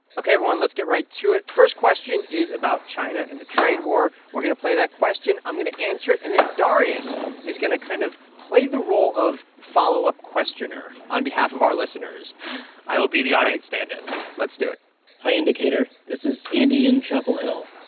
ok, everyone, let's get right to it. the first question is about china and the trade war. we're going to play that question. i'm going to answer it, and then darius is going to kind of play the role of follow-up questioner on behalf of our listeners i will be the audience stand-in let's do it hi, indicator. this is andy in chapel hill.